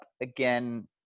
again